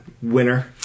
winner